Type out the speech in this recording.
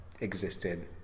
existed